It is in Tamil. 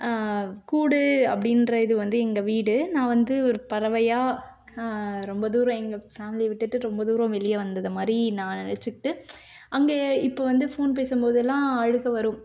கூடு அப்படின்ற இது வந்து எங்கள் வீடு நான் வந்து ஒரு பறவையாக ரொம்ப தூரம் எங்கள் ஃபேமிலியை விட்டுவிட்டு ரொம்ப தூரம் வெளியே வந்தது மாதிரி நான் நினச்சிக்கிட்டு அங்கே எ இப்போ வந்து ஃபோன் பேசும்போதெல்லாம் அழுகை வரும்